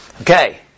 Okay